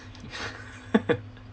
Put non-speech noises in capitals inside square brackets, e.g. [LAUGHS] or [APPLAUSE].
[LAUGHS]